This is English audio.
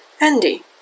Andy